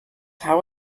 how